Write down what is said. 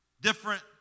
Different